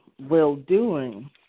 well-doing